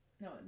No